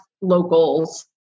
locals